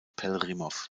pelhřimov